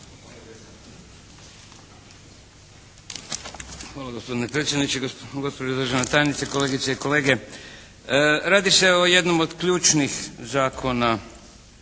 Hvala gospodine predsjedniče, gospođo državna tajnice, kolegice i kolege. Radi se o jednom od ključnih zakona